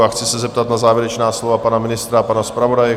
A chci se zeptat na závěrečná slova pana ministra a pana zpravodaje.